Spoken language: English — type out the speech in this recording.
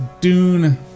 Dune